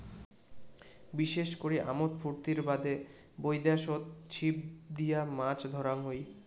বিশেষ করি আমোদ ফুর্তির বাদে বৈদ্যাশত ছিপ দিয়া মাছ ধরাং হই